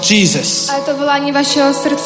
Jesus